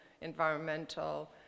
environmental